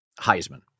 Heisman